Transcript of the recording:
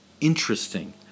interesting